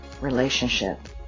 relationship